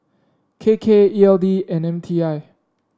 K K E L D and M T I